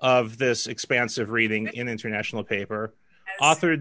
of this expansive reading in international paper authored